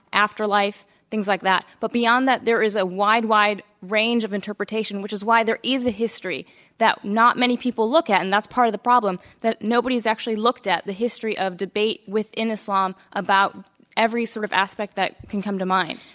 afterlife, things like that. but beyond that there is a wide, wide range of interpretation, which is why there is a history that not many people look at, and that's part of the problem. that nobody's actually looked at the history of debate within islam about every sort of aspect that can come to mind.